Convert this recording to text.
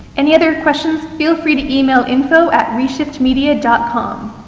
any other questions feel free to email info at reshiftmedia dot com